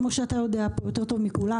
כמו שאתה יודע פה יותר טוב מכולם,